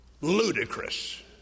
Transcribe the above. ludicrous